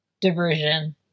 diversion